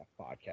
podcast